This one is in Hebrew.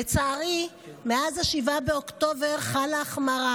לצערי, מאז 7 באוקטובר חלה החמרה: